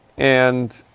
and.